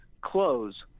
close